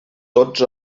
tots